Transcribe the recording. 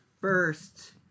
first